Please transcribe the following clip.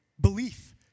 Belief